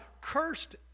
cursed